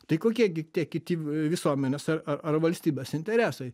tai kokie gi tie kiti visuomenės ar ar valstybės interesai